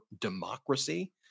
democracy